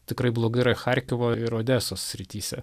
tikrai blogai yra charkovo ir odesos srityse